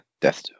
death